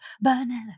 banana